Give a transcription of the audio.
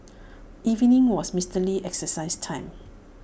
evening was Mister Lee's exercise time